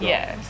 Yes